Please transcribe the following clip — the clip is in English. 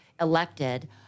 elected